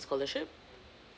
scholarship